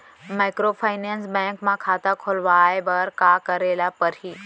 Microfinance bank म खाता खोलवाय बर का करे ल परही?